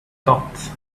thought